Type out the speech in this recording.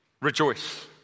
Rejoice